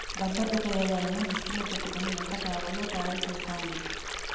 rubber ఉపయోగాలను దృష్టిలో పెట్టుకొని ఎంత కావాలో తయారు చెస్తాండ్లు